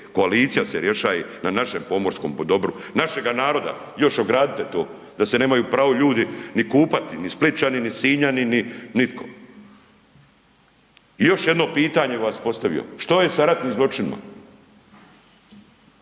koalicija se rješaje na našem pomorskom dobru, našega naroda, još ogradite to, da se nemaju pravo ljudi ni kupati ni Splićani ni Sinjani ni nitko. I još jedno pitanje bi vas postavio. Što je sa ratnim zločinima?